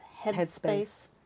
headspace